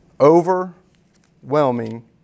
Overwhelming